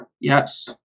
Yes